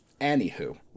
Anywho